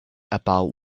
about